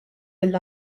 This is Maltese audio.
lill